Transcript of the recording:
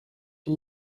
the